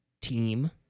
team